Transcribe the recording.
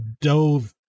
dove